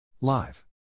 Live